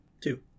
Two